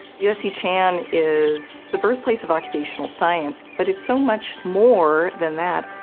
usc chan is the birthplace of occupational science but it's so much more than that.